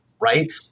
right